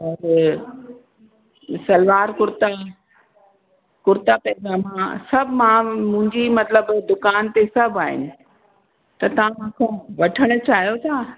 और सलवार कुर्ता कुर्ता पैजामा सभु मां मुंहिंजी मतिलब दुकान ते सभु आहिनि त तव्हां मां खां वठण चाहियो था